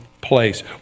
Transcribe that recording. place